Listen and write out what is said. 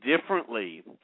differently